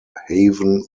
haven